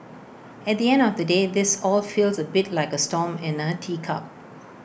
at the end of the day this all feels A bit like A storm in A teacup